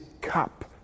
cup